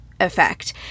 effect